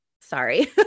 Sorry